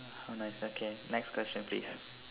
how nice okay next question please